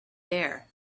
there